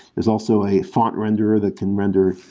there's also a font renderer that can render